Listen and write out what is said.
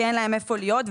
כי אין להם איפה להיות,